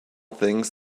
things